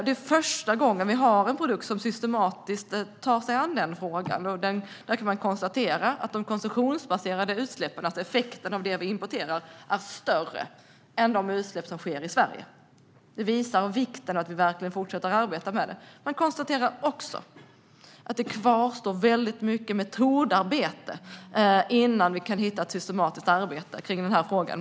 Det är första gången vi har en produkt som systematiskt tar sig an den frågan. Där konstaterar man att utsläppen från det vi importerar är större än de utsläpp som sker i Sverige. Det visar på vikten av att vi verkligen fortsätter att arbeta med detta. Man konstaterar också att det kvarstår mycket metodarbete innan vi kan hitta ett systematiskt arbete i frågan.